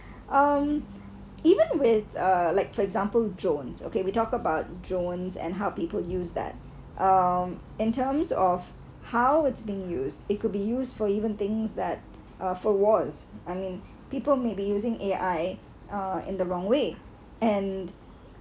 um even with uh like for example drones okay we talk about drones and how people use that um in terms of how it's being used it could be used for even things that uh for wars I mean people may be using a A_I in the wrong way and